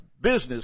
business